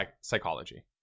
psychology